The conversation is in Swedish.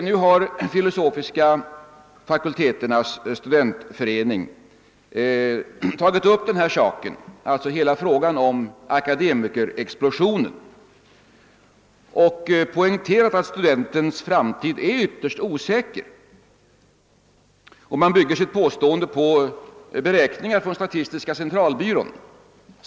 Nu har de filosofiska fakulteternas studentförening tagit upp hela frågan om akademikerexplosionen och poängterat att studentens framtid är ytterst osäker. Man bygger sitt påstående på beräkningar från statistiska centralbyrån.